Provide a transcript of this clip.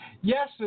Yes